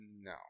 No